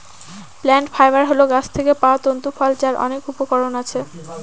plant fibre হল গাছ থেকে পাওয়া তন্তু ফল যার অনেক উপকরণ আছে